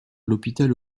l’hôpital